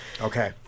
Okay